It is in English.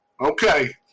Okay